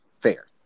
fair